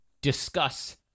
discuss